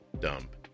Dump